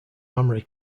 armoury